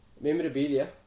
memorabilia